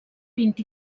vint